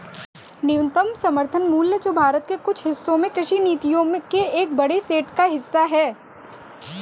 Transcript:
न्यूनतम समर्थन मूल्य जो भारत के कुछ हिस्सों में कृषि नीतियों के एक बड़े सेट का हिस्सा है